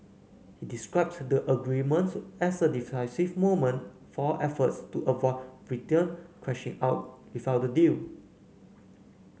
he described the agreements as a decisive moment for efforts to avoid Britain crashing out without a deal